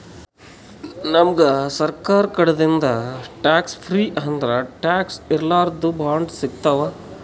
ನಮ್ಗ್ ಸರ್ಕಾರ್ ಕಡಿದಿಂದ್ ಟ್ಯಾಕ್ಸ್ ಫ್ರೀ ಅಂದ್ರ ಟ್ಯಾಕ್ಸ್ ಇರ್ಲಾರ್ದು ಬಾಂಡ್ ಸಿಗ್ತಾವ್